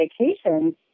vacations